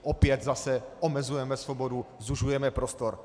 Opět zase omezujeme svobodu, zužujeme prostor.